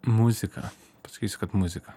muzika pasakysiu kad muzika